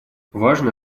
важно